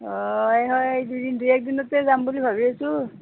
অঁ এই হয় দুদিন দুই একদিনতে যাম বুলি ভাবি আছোঁ